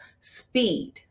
speed